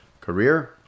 career